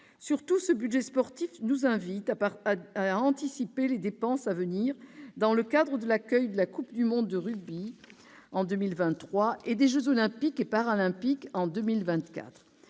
Surtout, ce budget sportif nous invite à anticiper les dépenses à venir dans le cadre de l'accueil de la coupe du monde de rugby, en 2023, et des jeux Olympiques et Paralympiques, en 2024.